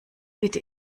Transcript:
bitte